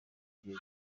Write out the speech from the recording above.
gihe